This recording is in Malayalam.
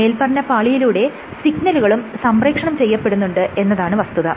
മേല്പറഞ്ഞ പാളിയിലൂടെ സിഗ്നലുകളും സംപ്രേക്ഷണം ചെയ്യപ്പെടുന്നുണ്ട് എന്നതാണ് വസ്തുത